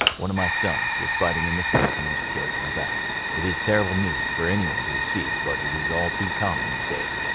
one of my sons was fighting in the south and was killed in battle. it is terrible news for anyone to receive, but it is all too common these days.